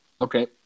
Okay